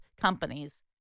companies